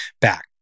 back